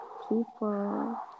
people